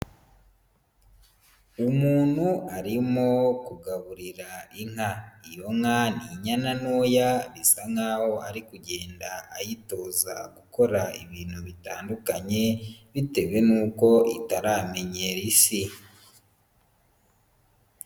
Umuntu arimo kugaburira inka, iyo nka ni inyana ntoya bisa nkaho ari kugenda ayitoza gukora ibintu bitandukanye, bitewe n'uko itaramenyera isi.